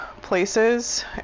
places